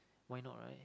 why not right